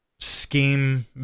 Scheme